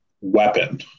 weapon